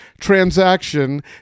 transaction